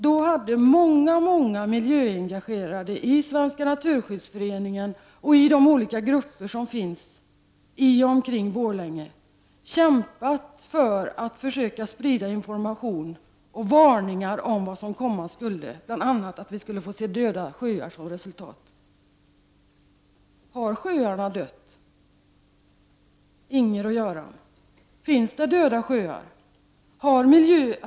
Då hade många miljöengagerade i Svenska naturskyddsföreningen och i de olika grupper som finns i och omkring Borlänge kämpat för att försöka sprida information och varningar om vad som komma skulle, bl.a. att vi skulle få se döda sjöar som resultat. Har sjöarna dött, Inger och Göran? Finns det döda sjöar?